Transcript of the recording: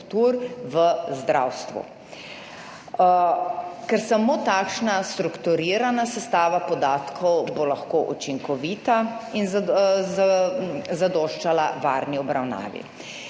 v zdravstvu, ker samo takšna strukturirana sestava podatkov bo lahko učinkovita in zadoščala varni obravnavi.